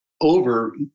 over